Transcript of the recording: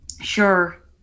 sure